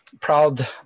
proud